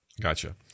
Gotcha